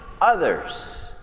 others